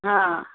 हाँ